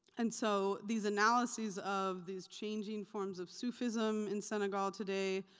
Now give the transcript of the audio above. and so these analyses of these changing forms of sufism in senegal today,